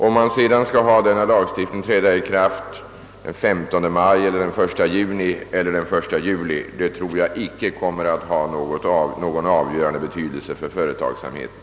Om denna lag sedan träder i kraft den 15 maj, den 1 juni eller den 1 juli tror jag icke kommer att ha någon avgörande betydelse för företagsamheten.